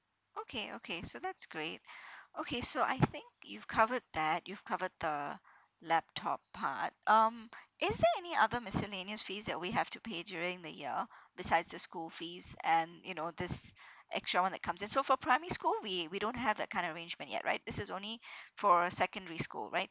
okay okay so that's great okay so I think you've covered that you've covered the laptop part um is there any other miscellaneous fees that we have to pay during the uh besides the school fees and you know this extra one that comes in so for primary school we we don't have that kind of arrangement yet right this is only for secondary school right